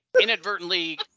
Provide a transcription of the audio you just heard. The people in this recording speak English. inadvertently